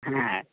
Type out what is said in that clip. হ্যাঁ